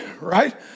right